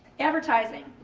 advertising.